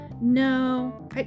No